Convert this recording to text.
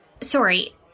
sorry